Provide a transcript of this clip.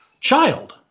child